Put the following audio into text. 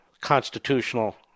constitutional